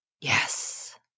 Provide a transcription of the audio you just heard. Yes